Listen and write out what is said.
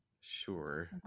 sure